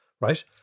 right